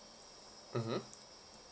mmhmm